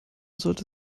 sollte